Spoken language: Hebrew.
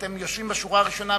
אתם יושבים בשורה הראשונה,